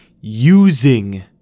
using